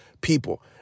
people